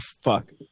fuck